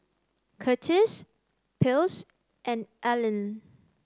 Curtis Ples and Allyn